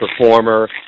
performer